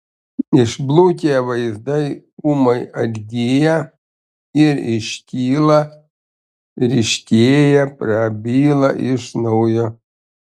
išblukę vaizdai ūmai atgyja ir iškyla ryškėja prabyla iš naujo